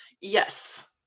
Yes